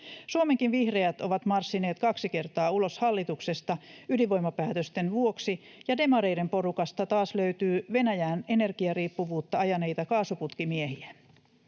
Suomenkin vihreät ovat marssineet kaksi kertaa ulos hallituksesta ydinvoimapäätösten vuoksi, ja demareiden porukasta taas löytyy Venäjän energiariippuvuutta ajaneita kaasuputkimiehiä.